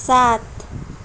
सात